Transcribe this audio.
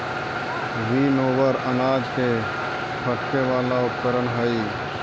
winnower अनाज के फटके वाला उपकरण हई